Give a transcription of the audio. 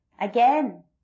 again